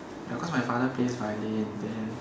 ya cause my father plays violin then